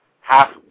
Half